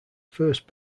first